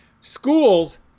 schools